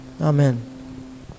Amen